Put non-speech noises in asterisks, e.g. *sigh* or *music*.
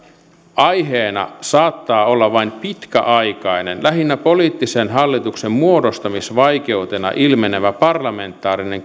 aiheena saattaa olla vain pitkäaikainen lähinnä poliittisen hallituksen muodostamisvaikeutena ilmenevä parlamentaarinen *unintelligible*